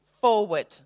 forward